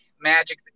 Magic